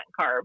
carb